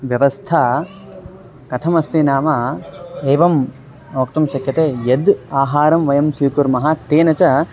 व्यवस्था कथमस्ति नाम एवम् वक्तुं शक्यते यद् आहारं वयं स्वीकुर्मः तेन च